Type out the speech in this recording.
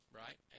right